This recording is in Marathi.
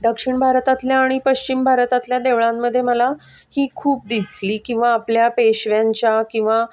दक्षिण भारतातल्या आणि पश्चिम भारतातल्या देवळांमध्ये मला ही खूप दिसली किंवा आपल्या पेशव्यांच्या किंवा